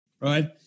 right